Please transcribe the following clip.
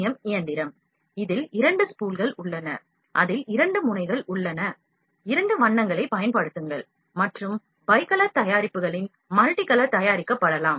M இயந்திரம் இதில் இரண்டு ஸ்பூல்கள் உள்ளன அதில் இரண்டு முனைகள் உள்ளன இரண்டு வண்ணங்களைப் பயன்படுத்தலாம் மற்றும் பைகலர் தயாரிப்புகளின் மல்டிகலர் தயாரிக்கப்படலாம்